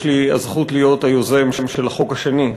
יש לי הזכות להיות היוזם של החוק השני,